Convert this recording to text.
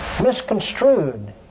Misconstrued